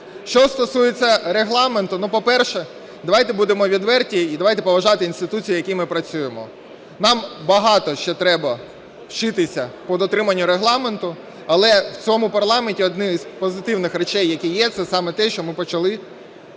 Що стосується Регламенту, ну, по-перше, давайте будемо відверті і давайте поважати інституцію, в якій ми працюємо. Нам багато ще треба вчитися по дотриманню Регламенту, але в цьому парламенті одне з позитивних речей, які є, це саме, що ми почали